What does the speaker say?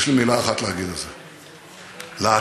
יש לי מילה אחת להגיד על זה: להט"ב,